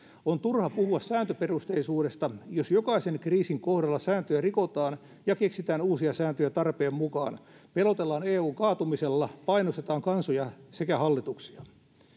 on turha puhua sääntöperusteisuudesta jos jokaisen kriisin kohdalla sääntöjä rikotaan ja keksitään uusia sääntöjä tarpeen mukaan pelotellaan eun kaatumisella painostetaan kansoja sekä hallituksia